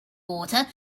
water